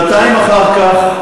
שנתיים אחר כך,